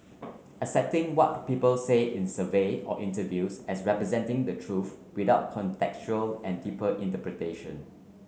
accepting what people say in survey or interviews as representing the truth without contextual and deeper interpretation